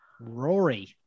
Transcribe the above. Rory